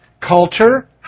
culture